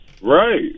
Right